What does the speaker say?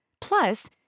Plus